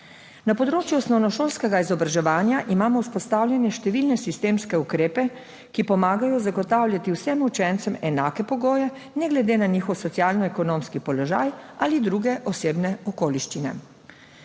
Na področju osnovnošolskega izobraževanja imamo vzpostavljene številne sistemske ukrepe, ki pomagajo zagotavljati vsem učencem enake pogoje, ne glede na njihov socialno-ekonomski položaj ali druge osebne okoliščine.